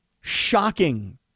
shocking